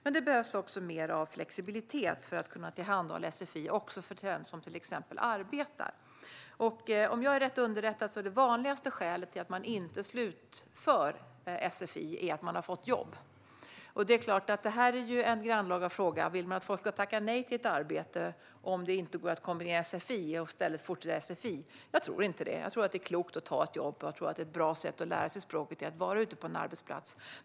Men det behövs också mer flexibilitet för att kunna tillhandahålla sfi också till den som till exempel arbetar. Om jag är rätt underrättad är det vanligaste skälet till att man inte slutför sfi att man har fått jobb. Det är en grannlaga fråga om man vill att folk ska tacka nej till ett arbete om det inte går att samtidigt fortsätta med sfi. Jag tror inte det. Jag tror att det är klokt att ta ett jobb och att ett bra sätt att lära sig språket är att vara ute på en arbetsplats.